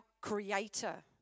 Creator